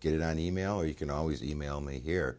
get an e mail or you can always e mail me here